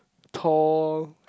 tall